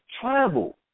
travel